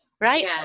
Right